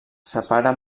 separa